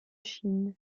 chine